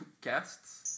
guests